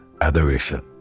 adoration